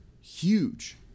huge